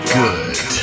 good